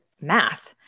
math